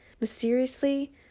mysteriously